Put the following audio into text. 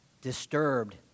disturbed